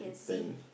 if then